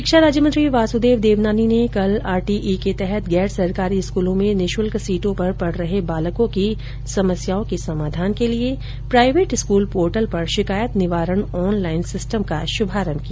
शिक्षा राज्य मंत्री वासुदेव देवनानी ने कल आरटीई के तहत गैर सरकारी स्कूलों में निशुल्क सीटों पर पढ़ रहे बालकों की समस्याओं के समाधान के लिए प्राईवेट स्कूल पोर्टल पर शिकायत निवारण ऑनलाइन सिस्टम का शुभारंभ किया